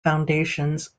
foundations